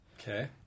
Okay